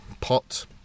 pot